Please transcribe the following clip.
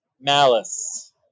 Malice